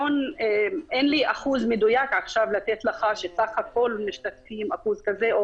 אין לי אחוז מדויק עכשיו לתת לך שתחת כל משתתפים אחוז כזה,